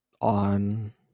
On